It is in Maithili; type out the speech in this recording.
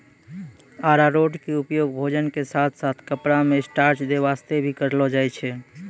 अरारोट के उपयोग भोजन के साथॅ साथॅ कपड़ा मॅ स्टार्च दै वास्तॅ भी करलो जाय छै